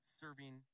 serving